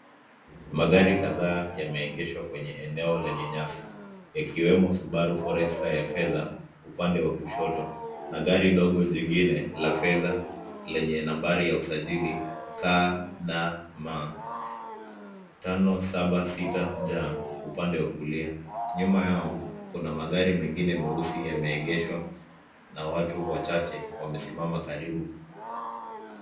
Magari kadhaa yameengeshwa kwenye eneo lenye nyasi yakiwemo Subaru forester ya fedha upande wa kushoto na gari dogo jingine lenye nambari ya usajili KDM 576J upande wa kulia. Nyuma yao kuna magari mengine meusi yameengeshwa na watu wachache wamesimama karibu.